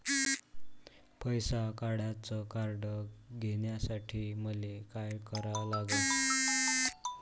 पैसा काढ्याचं कार्ड घेण्यासाठी मले काय करा लागन?